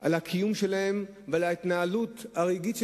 על הקיום שלהם ועל ההתנהלות הרגעית,